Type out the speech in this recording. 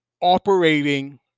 operating